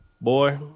boy